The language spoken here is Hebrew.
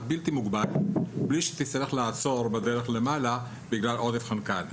בלתי מוגבל בלי שתצטרך לעצור בדרך למעלה בגלל עודף חנקן.